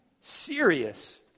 serious